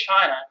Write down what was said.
China